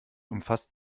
umfasst